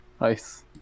Nice